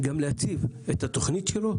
גם להציג את התכנית שלו,